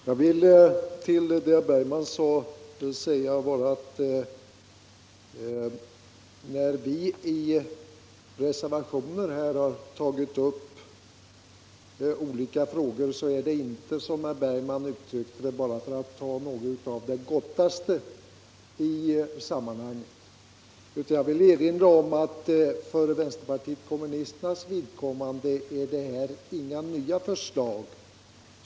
Herr talman! Jag vill med anledning av det herr Bergman i Göteborg sade påpeka att när vi i reservationen tagit upp olika frågor är det inte, som herr Bergman uttryckte det, bara för att ta något av det ”gottaste” i sammanhanget. Jag vill erinra om att för vänsterpartiet kommunisternas vidkommande är detta inte några nya förslag.